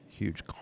huge